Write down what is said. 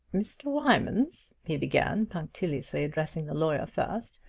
mr. wymans, he began, punctiliously addressing the lawyer first,